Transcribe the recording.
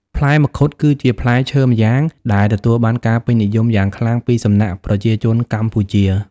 ផ្លែមង្ឃុតគឺជាផ្លែឈើម្យ៉ាង ដែលទទួលបានការពេញនិយមយ៉ាងខ្លាំងពីសំណាក់ប្រជាជនកម្ពុជា។